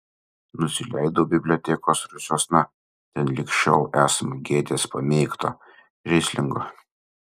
nusileidau bibliotekos rūsiuosna ten lig šiol esama gėtės pamėgto rislingo